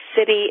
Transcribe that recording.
city